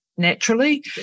naturally